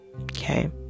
okay